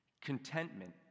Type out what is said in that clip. contentment